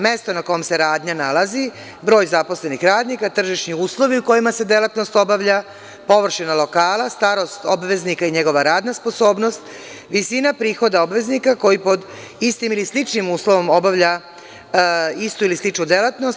Mesto na kom se radnja nalazi, broj zaposlenih radnika, tržišni uslovi u kojima se delatnost obavlja, površina lokala, starost obveznika i njegova radna sposobnost, visina prihoda obveznika koji pod istim ili sličnim uslovom obavlja istu ili sličnu delatnost.